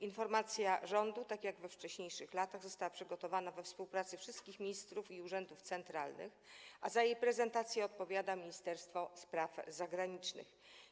Informacja rządu, tak jak we wcześniejszych latach, została przygotowana w drodze współpracy wszystkich ministrów i urzędów centralnych, a za jej prezentację odpowiada Ministerstwo Spraw Zagranicznych.